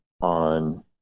on